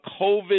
COVID